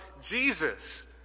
Jesus